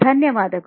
ಧನ್ಯವಾದಗಳು